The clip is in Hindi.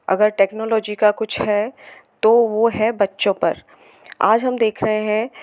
अगर टेक्नोलॉजी का कुछ है तो वह है बच्चों पर आज हम देख रहे हैं